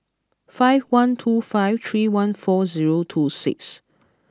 five one two five three one four zero two six